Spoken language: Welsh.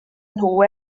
nhw